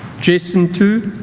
jason tu